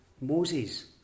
Moses